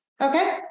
Okay